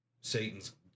Satan's